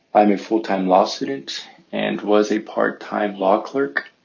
i'm a full-time law student and was a part-time law clerk.